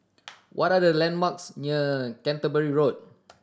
what are the landmarks near Canterbury Road